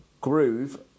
Groove